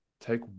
take